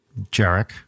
Jarek